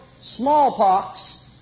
smallpox